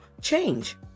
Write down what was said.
change